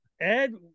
Ed